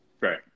Right